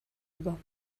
über